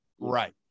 Right